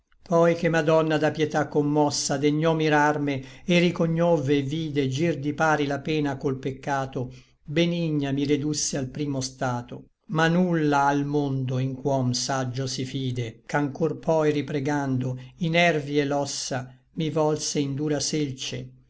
poi che madonna da pietà commossa degnò mirarme et ricognovve et vide gir di pari la pena col peccato benigna mi redusse al primo stato ma nulla à l mondo in ch'uom saggio si fide ch'ancor poi ripregando i nervi et l'ossa mi volse in dura selce